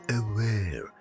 aware